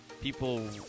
people